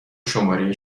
شماره